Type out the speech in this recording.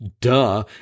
Duh